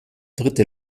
dritte